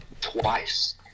twice